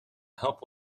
help